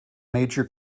major